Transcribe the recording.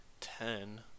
ten